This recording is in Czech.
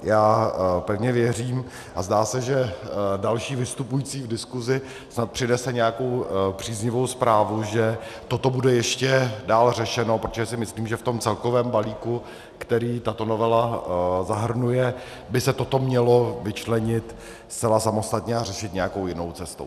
Já pevně věřím, a zdá se, že další vystupující v diskusi snad přinese nějakou příznivou zprávu, že toto bude ještě dál řešeno, protože si myslím, že v tom celkovém balíku, který tato novela zahrnuje, by se toto mělo vyčlenit zcela samostatně a řešit nějakou jinou cestou.